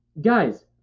guys